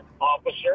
officer